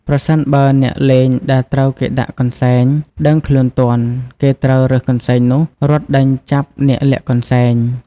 ប្រសិនបើអ្នកលេងដែលត្រូវគេដាក់កន្សែង ដឹងខ្លួនទាន់ គេត្រូវរើសកន្សែងនោះរត់ដេញចាប់អ្នកលាក់កន្សែង ។